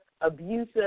abusive